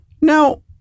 Now